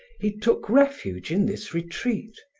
he took refuge in this retreat,